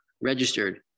registered